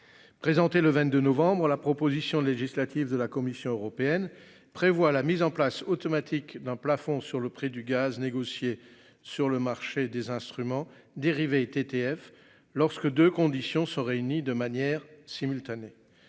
Présenté le 22 novembre à la proposition législative de la Commission européenne prévoit la mise en place automatique d'un plafond sur le prix du gaz, négocier sur le marché des instruments dérivés ITTF lorsque 2 conditions sont réunies de manière simultanée,